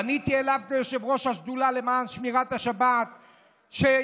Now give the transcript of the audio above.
פניתי אליו כיושב-ראש השדולה למען שמירת השבת שיוותר,